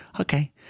Okay